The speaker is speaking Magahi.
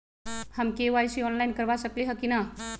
हम के.वाई.सी ऑनलाइन करवा सकली ह कि न?